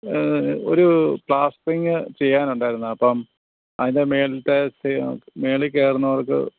ഒരു പ്ലാസ്റ്ററിങ്ങ് ചെയ്യാനുണ്ടായിരുന്നു അപ്പം അതിൻ്റെ മേളിലത്തെ മേളിൽ കയറുന്നവർക്ക്